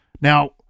Now